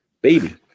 baby